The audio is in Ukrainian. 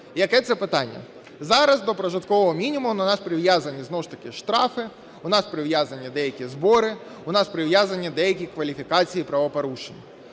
Яке це питання? Зараз до прожиткового мінімуму у нас прив'язані знову ж таки штрафи, у нас прив'язані деякі збори, у нас прив'язані деякі кваліфікації правопорушень.